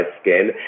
skin